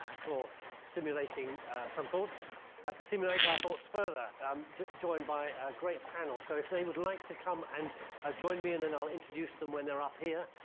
yeah for stimulating some thoughts to simulate our thoughts further. i'm joined by a great panel. so if they would like to come and ah join me and then i'll introduce them when they're up here.